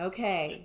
Okay